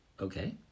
Okay